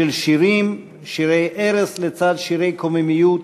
של שירים: שירי ערש לצד שירי קוממיות,